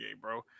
bro